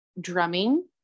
drumming